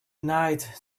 night